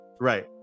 right